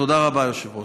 תודה רבה, היושב-ראש.